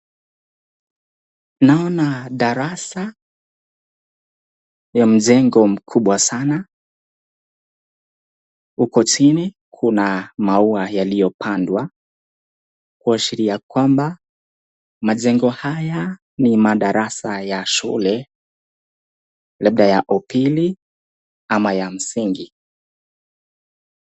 Naona darasa ya mjengo mkubwa sana, huko chini kuna maua yaliyopandwa kuashiria kwamba majengo haya ni madarasa ya shule labda ya upili ama ya msingi.